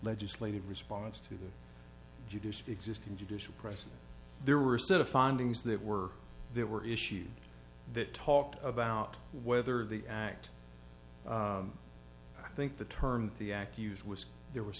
legislative response to the judicial existing judicial crisis there were a set of findings that were there were issues that talked about whether the act i think the term the act used was there was